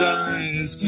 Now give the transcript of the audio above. eyes